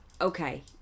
Okay